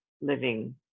living